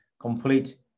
complete